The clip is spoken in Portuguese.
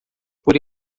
por